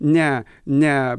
ne ne